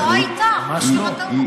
היא לא הייתה, יש לך טעות.